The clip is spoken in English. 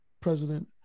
president